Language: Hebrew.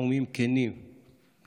ותנחומים כנים למשפחותיהם,